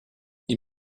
you